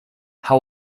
how